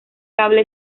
cable